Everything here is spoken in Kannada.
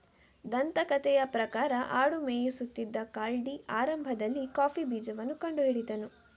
ದಂತಕಥೆಯ ಪ್ರಕಾರ ಆಡು ಮೇಯಿಸುತ್ತಿದ್ದ ಕಾಲ್ಡಿ ಆರಂಭದಲ್ಲಿ ಕಾಫಿ ಬೀಜವನ್ನ ಕಂಡು ಹಿಡಿದನು